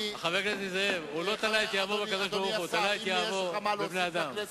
הוא השליך את יהבו על בני-אדם.